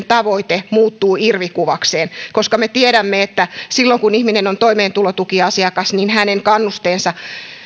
tavoite muuttuu irvikuvakseen koska me tiedämme että silloin kun ihminen on toimeentulotukiasiakas hänen kannusteensa